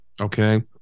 okay